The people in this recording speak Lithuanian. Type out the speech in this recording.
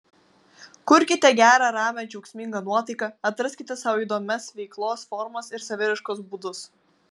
kurkite gerą ramią džiaugsmingą nuotaiką atraskite sau įdomias veiklos formas ir saviraiškos būdus